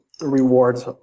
rewards